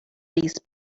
these